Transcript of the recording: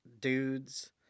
dudes